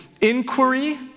inquiry